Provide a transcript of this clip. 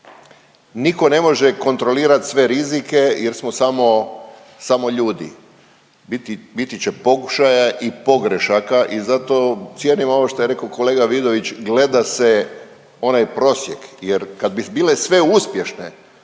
Nitko ne može kontrolirati sve rizike jer smo samo ljudi, biti će pokušaja i pogrešaka i zato cijenim ovo što je rekao kolega Vidović gleda se onaj prosjek, Jer kad bi bile sve uspješne